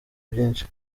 byinshi